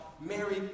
Mary